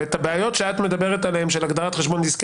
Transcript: האם את הבעיות שאת מדברת עליהן של הגדרת חשבון עסקי,